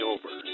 Over